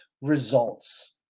results